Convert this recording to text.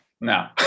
No